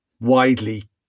widely